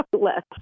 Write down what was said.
less